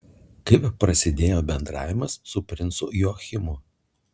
kaip prasidėjo bendravimas su princu joachimu